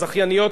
שהיא טובה,